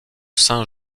saint